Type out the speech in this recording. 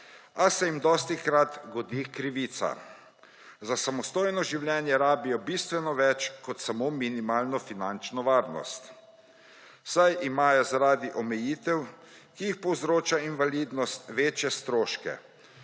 a se jim dostikrat godi krivica. Za samostojno življenje rabijo bistveno več kot samo minimalno finančno varnost, saj imajo zaradi omejitev, ki jih povzroča invalidnost, večje stroške.